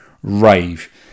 rave